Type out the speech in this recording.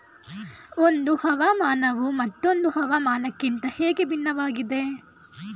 ಒಂದು ಹವಾಮಾನವು ಮತ್ತೊಂದು ಹವಾಮಾನಕಿಂತ ಹೇಗೆ ಭಿನ್ನವಾಗಿದೆ?